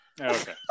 Okay